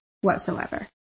whatsoever